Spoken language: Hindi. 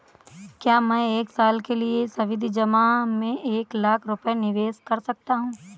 क्या मैं एक साल के लिए सावधि जमा में एक लाख रुपये निवेश कर सकता हूँ?